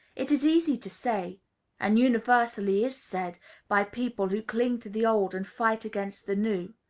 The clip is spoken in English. it is easy to say and universally is said by people who cling to the old and fight against the new,